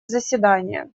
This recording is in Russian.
заседание